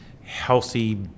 healthy